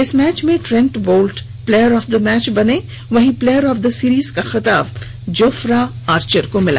इस मैच में Trent Boult player of the match बने वहीं प्लेयर ऑफ दि सिरीज का खिताब जोफ्रा आर्चर को मिला